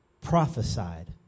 prophesied